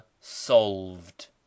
solved